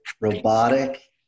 robotic